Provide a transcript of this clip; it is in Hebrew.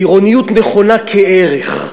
בעירוניות נכונה כערך,